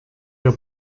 der